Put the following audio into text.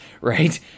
Right